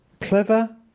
clever